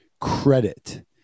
credit